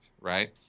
right